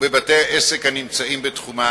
בבתי-עסק הנמצאים בתחומן,